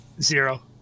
Zero